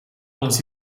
ons